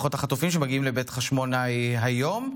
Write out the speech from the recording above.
סדר-היום.